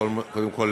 קודם כול,